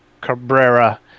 Cabrera